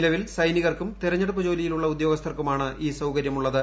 നിലവിൽ സൈനികർക്കും തെരഞ്ഞെടുപ്പ് ജോലിയിലുള്ള ഉദ്യോഗസ്ഥർക്കുമാണ് ഈ സൌകര്യമുള്ളത്